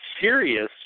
serious